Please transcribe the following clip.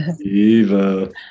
Eva